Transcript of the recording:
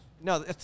No